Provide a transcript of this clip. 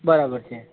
બરાબર છે